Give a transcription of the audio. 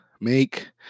make